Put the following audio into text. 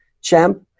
champ